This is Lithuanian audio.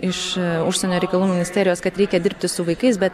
iš užsienio reikalų ministerijos kad reikia dirbti su vaikais bet